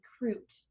recruit